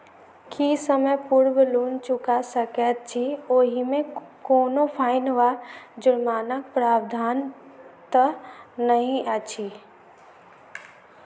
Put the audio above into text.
की समय पूर्व लोन चुका सकैत छी ओहिमे कोनो फाईन वा जुर्मानाक प्रावधान तऽ नहि अछि?